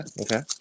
Okay